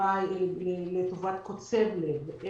MRI לטובת קוצב לב,